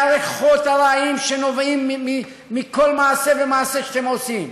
מהריחות הרעים שנובעים מכל מעשה ומעשה שאתם עושים.